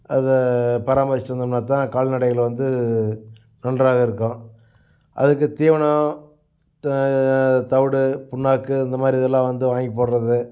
அத பராமரிச்சிகிட்டு வந்தம்னால்தான் கால்நடையில் வந்து நன்றாக இருக்கும் அதுக்கு தீவனம் த தவிடு பிண்ணாக்கு இந்தமாதிரி இதெல்லாம் வந்து வாங்கி போடுகிறது